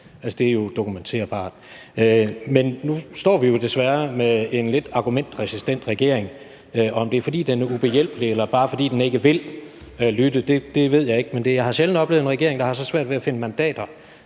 Det er jo dokumenterbart. Men nu står vi jo desværre med en lidt argumentresistent regering. Om det er, fordi den er ubehjælpelig, eller bare, fordi den ikke vil lytte, ved jeg ikke. Men jeg har sjældent oplevet en regering, der har så svært ved at finde mandater